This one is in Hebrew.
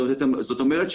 זאת אומרת,